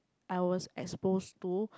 I was exposed to